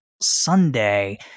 Sunday